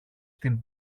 στην